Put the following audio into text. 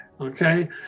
Okay